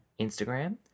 Instagram